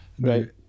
Right